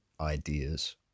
ideas